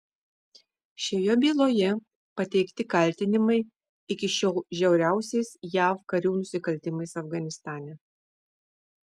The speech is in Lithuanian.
šioje byloje pateikti kaltinimai iki šiol žiauriausiais jav karių nusikaltimais afganistane